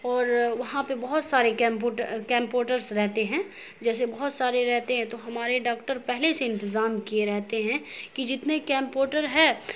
اور وہاں پہ بہت سارے کیمپوٹرس رہتے ہیں جیسے بہت سارے رہتے ہیں تو ہمارے ڈاکٹر پہلے سے انتظام کیے رہتے ہیں کہ جتنے کیمپوٹر ہے